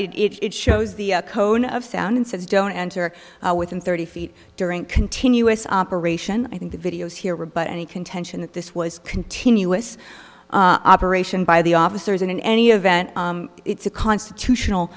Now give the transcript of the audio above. does it shows the cone of sound and says don't enter within thirty feet during continuous operation i think the videos here rebut any contention that this was continuous operation by the officers and in any event it's a constitutional